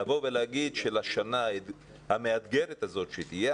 לבוא ולהגיד שלשנה המאתגרת הזאת שתהיה,